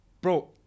Bro